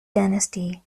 dynasty